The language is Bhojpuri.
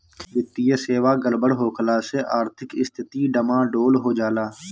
वित्तीय सेवा गड़बड़ होखला से आर्थिक स्थिती डमाडोल हो जाला